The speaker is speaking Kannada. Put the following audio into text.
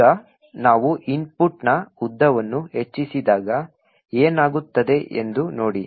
ಈಗ ನಾವು ಇನ್ಪುಟ್ನ ಉದ್ದವನ್ನು ಹೆಚ್ಚಿಸಿದಾಗ ಏನಾಗುತ್ತದೆ ಎಂದು ನೋಡಿ